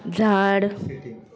झाड